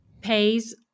pays